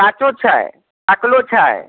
काचो छै पाकलो छै